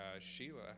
Sheila